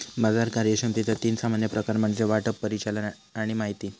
बाजार कार्यक्षमतेचा तीन सामान्य प्रकार म्हणजे वाटप, परिचालन आणि माहिती